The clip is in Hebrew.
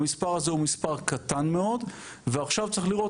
המספר הזה הוא מספר קטן מאוד ועכשיו צריך לראות,